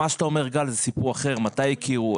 מה שאתה אומר זה סיפור אחר: מתי הכירו?